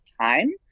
time